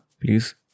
please